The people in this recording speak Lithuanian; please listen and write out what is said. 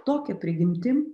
tokia prigimtim